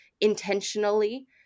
intentionally